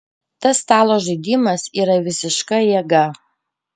tas stalo žaidimas yra visiška jėga